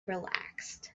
relaxed